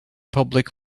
public